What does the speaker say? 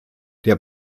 der